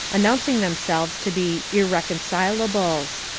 announcing themselves to be irreconcilables.